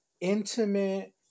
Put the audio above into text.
intimate